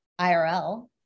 IRL